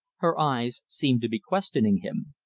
her eyes seemed to be questioning him.